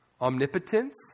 omnipotence